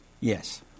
Yes